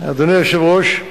אדוני היושב-ראש,